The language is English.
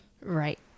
Right